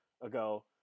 ago